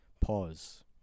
Pause